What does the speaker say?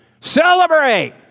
Celebrate